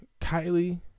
Kylie